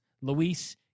Luis